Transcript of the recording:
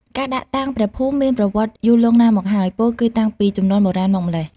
ការដាក់តាំងព្រះភូមិមានប្រវត្តិយូរលង់ណាស់មកហើយ ពោលគឺតាំងពីជំនាន់បុរាណមកម្ល៉េះ។